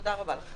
ותודה רבה לך.